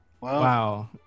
Wow